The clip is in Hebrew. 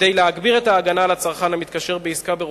כדי להגביר את ההגנה על הצרכן המתקשר בעסקה ברוכלות,